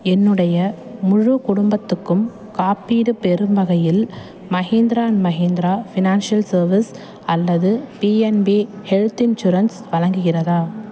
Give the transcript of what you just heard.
என்னுடைய முழு குடும்பத்துக்கும் காப்பீடு பெறும் வகையில் Mahindra and Mahindra financial service அல்லது பிஎன்பி ஹெல்த் இன்சூரன்ஸ் வழங்குகிறதா